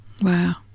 wow